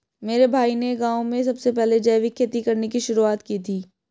मेरे भाई ने गांव में सबसे पहले जैविक खेती करने की शुरुआत की थी